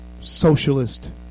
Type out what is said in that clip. socialist